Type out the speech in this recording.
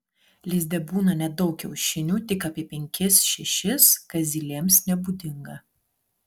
lizde būna nedaug kiaušinių tik apie penkis šešis kas zylėms nebūdinga